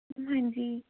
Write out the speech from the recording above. ਹਾਂਜੀ